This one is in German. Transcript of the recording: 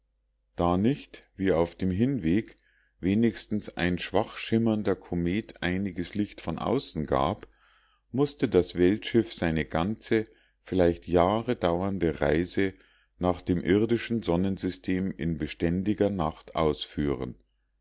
da nicht wie auf dem hinweg wenigstens ein schwachschimmernder komet einiges licht von außen gab mußte das weltschiff seine ganze vielleicht jahre dauernde reise nach dem irdischen sonnensystem in beständiger nacht ausführen